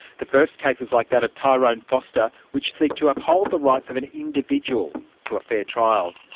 the first cases like that of tyrone foster which seek to uphold the rights of an individual to a fair trial.